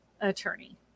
attorney